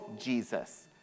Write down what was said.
Jesus